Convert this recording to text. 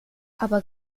aber